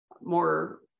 more